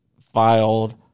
filed